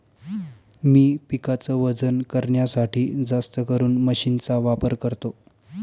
मी पिकाच वजन करण्यासाठी जास्तकरून मशीन चा वापर करतो